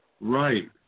Right